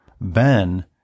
Ben